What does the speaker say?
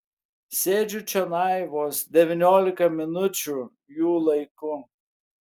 sėdžiu čionai vos devyniolika minučių jų laiku